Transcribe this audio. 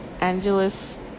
Angeles